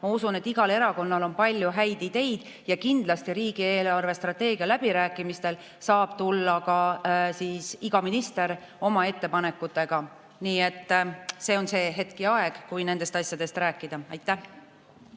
Ma usun, et igal erakonnal on palju häid ideid ja kindlasti riigi eelarvestrateegia läbirääkimistel saab tulla ka iga minister oma ettepanekutega. Nii et see on see aeg, kui nendest asjadest rääkida. Anti